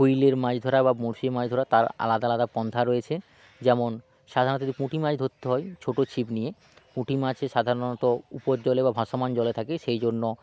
হুইলের মাছ ধরা বা বড়শির মাছ ধরা তার আলাদা আলাদা পন্থা রয়েছে যেমন সাধারণত যে পুঁটি মাছ ধরতে হয় ছোট ছিপ নিয়ে পুঁটি মাছে সাধারণত উপর জলে বা ভাসমান জলে থাকে সেই জন্য